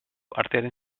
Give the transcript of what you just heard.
artearen